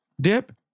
dip